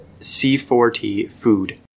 C4TFood